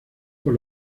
por